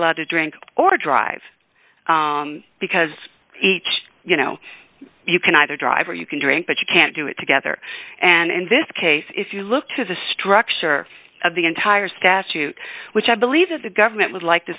allowed to drink or drive because each you know you can either drive or you can drink but you can't do it together and in this case if you look to the structure of the entire statute which i believe that the government would like